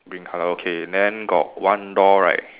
green colour okay then got one door right